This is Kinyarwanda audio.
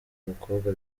mukobwa